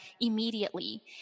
immediately